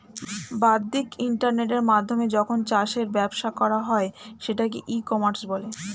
বাদ্দিক ইন্টারনেটের মাধ্যমে যখন চাষের ব্যবসা করা হয় সেটাকে ই কমার্স বলে